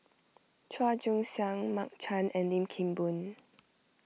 Chua Joon Siang Mark Chan and Lim Kim Boon